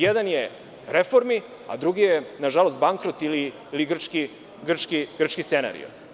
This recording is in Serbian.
Jedan je reforma, a drugi je, nažalost, bankrot ili grčki scenario.